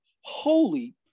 holy